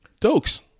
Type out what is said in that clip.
Dokes